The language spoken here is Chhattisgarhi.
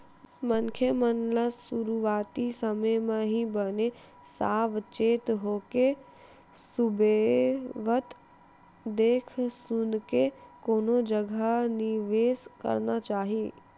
मनखे मन ल सुरुवाती समे म ही बने साव चेत होके सुबेवत देख सुनके कोनो जगा निवेस करना चाही